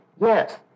Yes